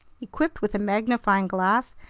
equipped with a magnifying glass,